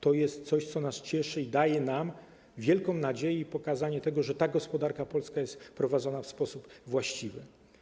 To jest coś, co nas cieszy i daje nam wielką nadzieję, pokazuje nam, że ta gospodarka polska jest prowadzona w sposób właściwy.